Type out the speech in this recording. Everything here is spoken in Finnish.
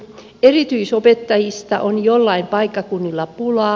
erityisopettajista on joillain paikkakunnilla pulaa